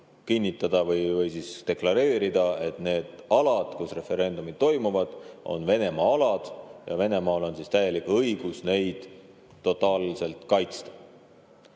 kinnitada või deklareerida, et need alad, kus referendumid toimuvad, on Venemaa alad ja Venemaal on täielik õigus neid totaalselt kaitsta.